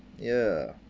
ya